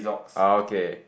okay